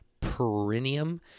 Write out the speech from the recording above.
perineum